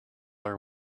her